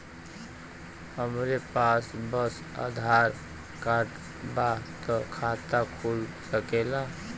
हमरे पास बस आधार कार्ड बा त खाता खुल सकेला?